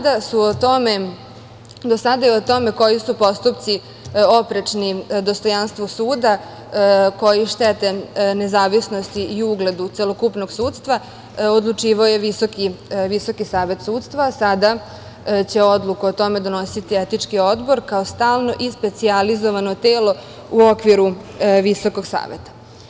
Do sada je o tome koji su postupci oprečni dostojanstvu suda, koji štete nezavisnosti i ugledu celokupnog sudstva, odlučivao Visoki savet sudstva a sada će odluku o tome donositi Etički odbor, kao stalno i specijalizovano telo u okviru Visokog saveta.